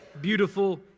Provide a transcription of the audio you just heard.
beautiful